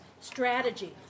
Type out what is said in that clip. strategy